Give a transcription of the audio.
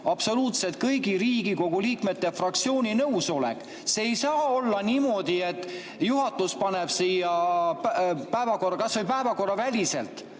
absoluutselt kõigi Riigikogu liikmete ja fraktsioonide nõusolek. Ei saa olla niimoodi, et juhatus paneb selle siia päevakorda, kas või päevakorraväliselt,